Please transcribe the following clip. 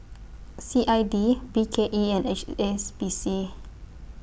C I D B K E and H S B C